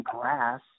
grass